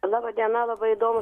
laba diena labai įdomu